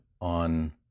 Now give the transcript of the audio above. on